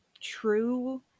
true